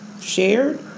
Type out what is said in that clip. shared